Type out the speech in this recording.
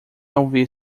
ouvir